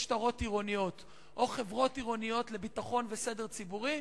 נושא משטרות עירוניות או חברות עירוניות לביטחון וסדר ציבורי,